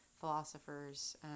philosophers